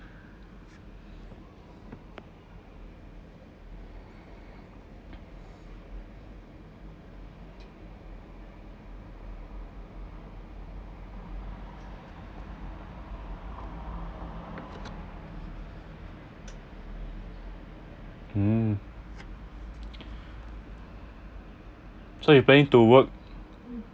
hmm so you planning to work